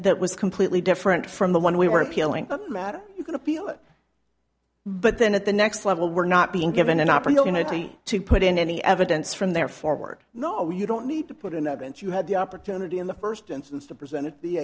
that was completely different from the one we were appealing the matter you can appeal it but then at the next level we're not being given an opportunity to put in any evidence from there forward no you don't need to put in that bench you had the opportunity in the first instance to present to the